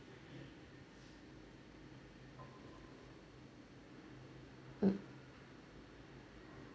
mm